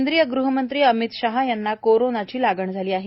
केंद्रीय गृहमंत्री अमित शहा यांना कोरोनाची लागण झाली आहे